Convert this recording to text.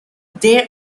there